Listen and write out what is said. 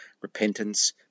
Repentance